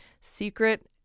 secret